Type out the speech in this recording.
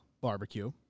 Barbecue